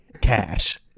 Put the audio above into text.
cash